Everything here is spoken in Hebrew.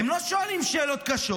הם לא שואלים שאלות קשות.